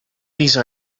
these